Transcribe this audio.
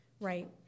right